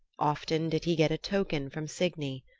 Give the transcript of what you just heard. often did he get a token from signy.